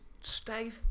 stay